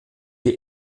die